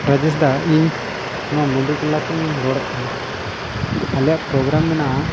ᱨᱟᱡᱮᱥ ᱫᱟ ᱤᱧ ᱱᱚᱣᱟ ᱢᱩᱰᱩ ᱴᱚᱞᱟ ᱠᱷᱚᱱᱤᱧ ᱨᱚᱲᱮᱫ ᱠᱟᱱᱟ ᱟᱞᱮᱭᱟᱜ ᱯᱨᱳᱜᱽᱨᱟᱢ ᱢᱮᱱᱟᱜᱼᱟ